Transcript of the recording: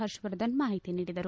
ಹರ್ಷವರ್ಧನ್ ಮಾಹಿತಿ ನೀಡಿದರು